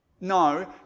No